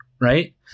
right